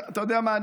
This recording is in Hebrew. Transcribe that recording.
אתה יודע מה,